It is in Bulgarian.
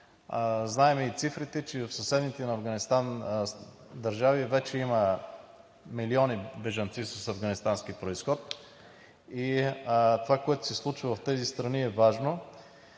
Знаем и цифрите, че в съседните на Афганистан държави вече има милиони бежанци с афганистански произход. Това, което се случва в тези страни, е важно.